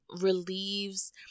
relieves